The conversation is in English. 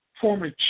former